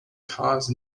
cause